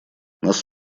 нас